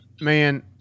man